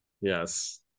Yes